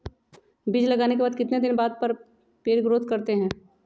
बीज लगाने के बाद कितने दिन बाद पर पेड़ ग्रोथ करते हैं?